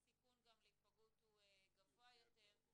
שם הסיכון להיפגעות הוא גם גבוה יותר.